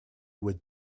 would